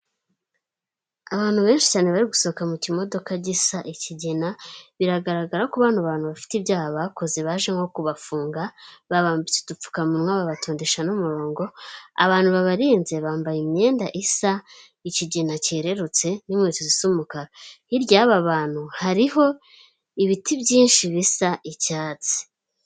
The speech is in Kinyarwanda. Abantu benshi cyane bari gusohoka mu kimodoka gisa ikigina, biragaragara ko bano bantu bafite ibyaha bakoze baje nko kubafunga, babambitse udupfukamunwa, babatondesha n'umurongo, abantu babarinze bambaye imyenda isa ikigina cyerererutse n'inkweto zisa umukara. Hirya y'aba bantu hariho ibiti byinshi bisa icyatsi.